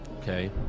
Okay